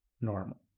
normal